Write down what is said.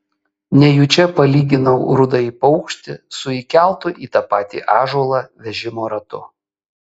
nejučia palyginau rudąjį paukštį su įkeltu į tą patį ąžuolą vežimo ratu